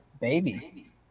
baby